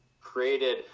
created